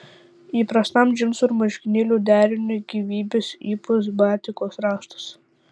įprastam džinsų ir marškinėlių deriniui gyvybės įpūs batikos raštas